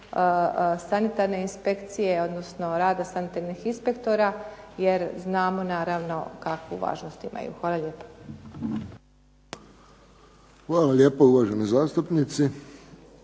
sanitarne inspekcije odnosno rada sanitarnih inspektora, jer znamo naravno kakvu važnost imaju. Hvala lijepa. **Friščić, Josip